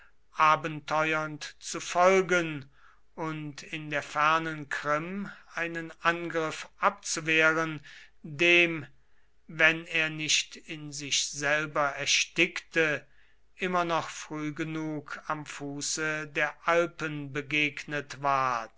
abenteuernd zu folgen und in der fernen krim einen angriff abzuwehren dem wenn er nicht in sich selber erstickte immer noch früh genug am fuße der alpen begegnet ward